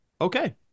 okay